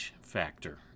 factor